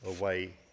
away